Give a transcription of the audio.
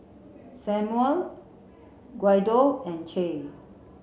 Samual Guido and Che